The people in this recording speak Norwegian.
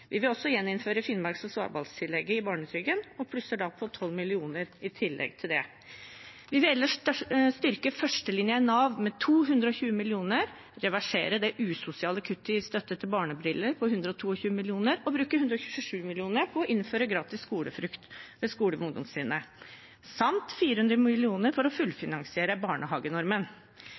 Vi vil også gjeninnføre finnmarks- og svalbardtillegget i barnetrygden og plusser da på 12 mill. kr til det i tillegg. Vi vil ellers styrke førstelinjen i Nav med 220 mill. kr, reversere det usosiale kuttet i støtte til barnebriller på 122 mill. kr og bruke 127 mill. kr på å innføre gratis skolefrukt ved skoler med ungdomstrinn, samt 400 mill. kr for å fullfinansiere barnehagenormen.